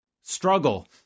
struggle